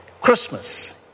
Christmas